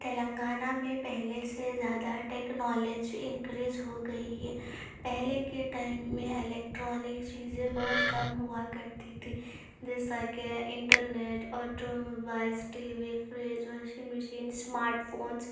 تلناگانہ میں پہلے سے زیادہ ٹکنالوجی انکریز ہو گئی ہے پہلے کے ٹائم میں الکٹرانک چیزیں بہت کم ہوا کرتی تھیں جیسا کہ internet auto mobiles TV fridge washing machine smart phones